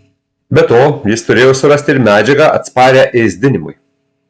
be to jis turėjo surasti ir medžiagą atsparią ėsdinimui